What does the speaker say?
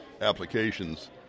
applications